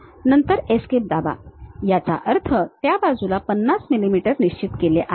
नंतर Escape दाबा याचा अर्थ त्या बाजूला 50 मिलीमीटर निश्चित केले आहे